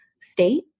state